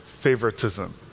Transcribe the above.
Favoritism